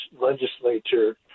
legislature